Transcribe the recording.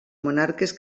monarques